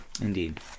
Indeed